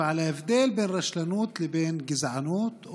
ועל ההבדל בין רשלנות לבין גזענות,